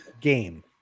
game